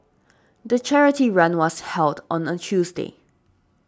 the charity run was held on a Tuesday